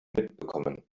mitbekommen